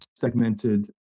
segmented